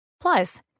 Plus